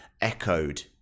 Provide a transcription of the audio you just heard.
echoed